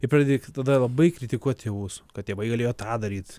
ir pradedi tada labai kritikuot tėvus kad tėvai galėjo tą daryt